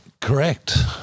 Correct